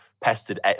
pestered